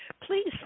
please